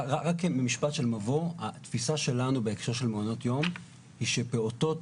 רק במשפט של מבוא: התפיסה שלנו בהקשר של מעונות יום היא שפעוטות,